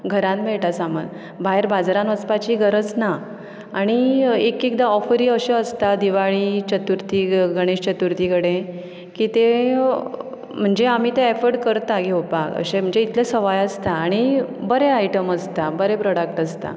घरान मेळयटा सामान भायर बाजारान वचपाचीय गरज ना आनी एकएकदा ऑफरी अश्यो आसतात दिवाळी चतुर्थी गणेश चतुर्थी कडेन म्हणजे आमी ते एफड करता घेवपा अशे म्हणजे इतले ते सवाय आसता आनी बरे आयटम आसता बरे प्रोडक्ट आसता